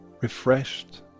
refreshed